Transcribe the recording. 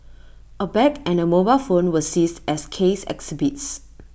A bag and A mobile phone were seized as case exhibits